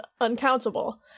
uncountable